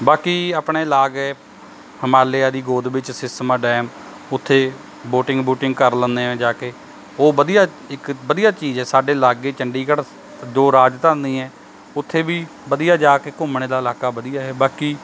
ਬਾਕੀ ਆਪਣੇ ਲਾਗ ਏ ਹਿਮਾਲਿਆ ਦੀ ਗੋਦ ਵਿੱਚ ਸਿਸਮਾ ਡੈਮ ਉੱਥੇ ਬੋਟਿੰਗ ਬੁਟਿੰਗ ਕਰ ਲੈਂਦੇ ਹਾਂ ਜਾ ਕੇ ਉਹ ਵਧੀਆ ਇੱਕ ਵਧੀਆ ਚੀਜ਼ ਹੈ ਸਾਡੇ ਲਾਗੇ ਚੰਡੀਗੜ੍ਹ ਜੋ ਰਾਜਧਾਨੀ ਹੈ ਉੱਥੇ ਵੀ ਵਧੀਆ ਜਾ ਕੇ ਘੁੰਮਣ ਦਾ ਇਲਾਕਾ ਵਧੀਆ ਏ ਬਾਕੀ